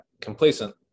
complacent